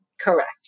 correct